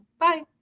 Bye